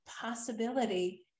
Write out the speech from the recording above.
possibility